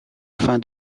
fin